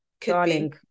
Darling